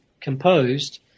composed